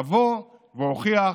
אבוא ואוכיח